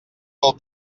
del